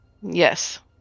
Yes